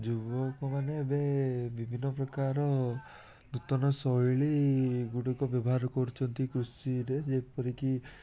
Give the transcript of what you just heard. ଯୁବକମାନେ ଏବେ ବିଭିନ୍ନପ୍ରକାର ନୂତନ ଶୈଳୀଗୁଡ଼ିକ ବ୍ୟବହାର କରୁଛନ୍ତି କୃଷିରେ ଯେପରିକି